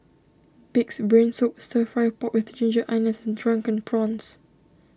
Pig's Brain Soup Stir Fry Pork with Ginger Onions and Drunken Prawns